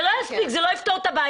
זה לא יפתור את הבעיה.